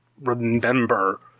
remember